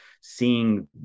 seeing